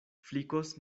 flikos